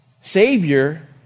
Savior